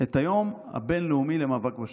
את היום הבין-לאומי למאבק בשחיתות,